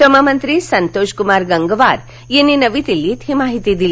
श्रम मंत्री संतोष कुमार गंगवार यांनी नवी दिल्लीत ही माहिती दिली